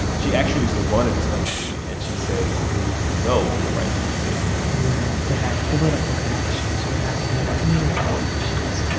she actually used to run a dispensary. and she says you need to know the right people, too you have to have political connections. you have to have community connections.